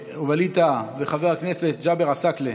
ווליד טאהא, חבר הכנסת ג'אבר עסאקלה,